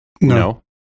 No